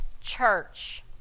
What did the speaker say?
church